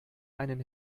einen